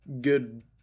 good